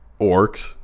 orcs